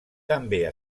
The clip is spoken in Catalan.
també